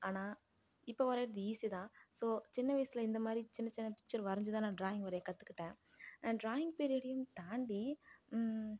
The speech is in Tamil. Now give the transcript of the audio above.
ஆனால் இப்போ வரையிறது ஈஸி தான் ஸோ சின்ன வயசில் இந்தமாதிரி சின்ன சின்ன பிக்சர் வரைஞ்சி தான் நான் டிராயிங் வரைய கற்றுக்கிட்டேன் டிராயிங் பீரியடையும் தாண்டி